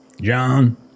John